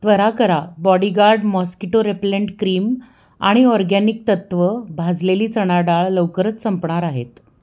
त्वरा करा bodyguard mosquito repellent cream आणि ऑरगॅनिक तत्व भाजलेली चणा डाळ लवकरच संपणार आहेत